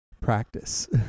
practice